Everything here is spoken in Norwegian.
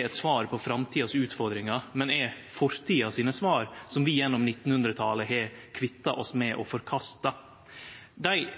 er svaret på framtidas utfordringar, men er fortida sine svar, som vi gjennom 1900-talet har kvitta oss med og forkasta. Dei